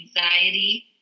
anxiety